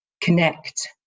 connect